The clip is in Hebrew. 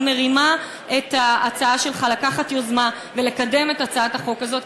אני מרימה את ההצעה שלך לקחת יוזמה ולקדם את הצעת החוק הזאת,